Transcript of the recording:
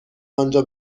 آنجا